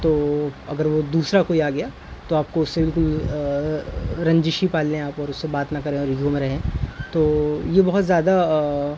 تو اگر وہ دوسرا کوئی آ گیا تو آپ کو اس سے بالکل رنجشی پال لیں آپ اور اس سے بات نہ کریں اور یہ زعم میں رہیں تو یہ بہت زیادہ